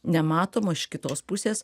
nematom o iš kitos pusės